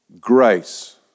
grace